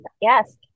yes